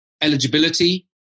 eligibility